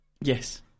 yes